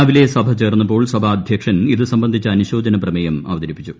രാവിലെ സഭ ചേർന്നപ്പോൾ സഭാധ്യക്ഷൻ ഇത് സംബന്ധിച്ച അനുശോചനപ്രമേയം അവതരിപ്പിച്ചു